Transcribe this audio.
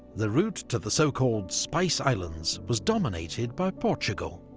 the route to the, so called, spice islands was dominated by portugal.